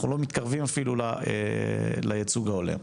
אנחנו לא מתקרבים אפילו לייצוג ההולם.